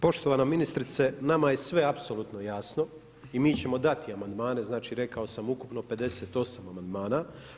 Poštovana ministrice, nama je sve apsolutno jasno i mi ćemo dati amandmane, znači rekao sam ukupno 58 amandmana.